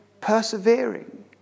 persevering